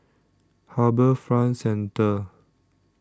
HarbourFront Centre